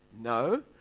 No